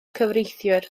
cyfreithiwr